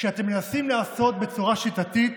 שאתם מנסים לעשות בצורה שיטתית